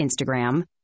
Instagram